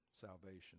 salvation